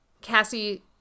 Cassie